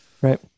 Right